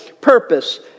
purpose